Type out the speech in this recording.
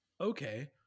okay